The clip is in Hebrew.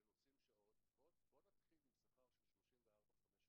הם נוסעים שעות, בוא נתחיל עם שכר של 34-35 שקלים.